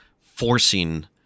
forcing